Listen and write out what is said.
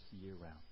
year-round